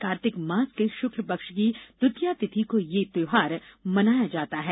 कार्तिक मास के शुक्ल पक्ष की द्वितीया तिथि को यह त्यौहार मनाया जाता है